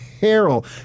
Harold